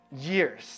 years